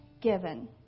given